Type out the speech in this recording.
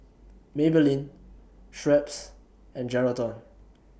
Maybelline Schweppes and Geraldton